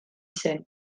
zen